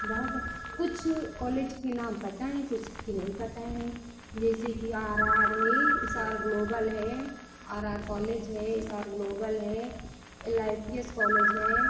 बहुत है कुछ कॉलेज के नाम पता हैं कुछ के नहीं पता हैं जैसे कि आर आर है एस आर ग्लोबल है आर आर कॉलेज है एस आर ग्लोबल है L I P S college है